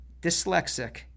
dyslexic